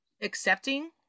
accepting